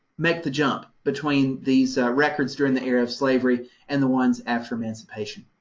make the jump between these records during the era of slavery and the ones after emancipation.